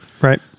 right